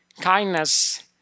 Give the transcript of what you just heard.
kindness